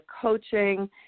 coaching